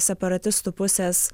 separatistų pusės